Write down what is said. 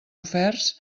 oferts